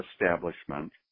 establishment